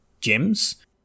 gems